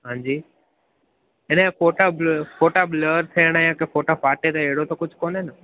हांजी हिन जा फोटा फोटा ब्लर थियण या त फोटा फाटे त अहिड़ो त कुछ कोन्हे न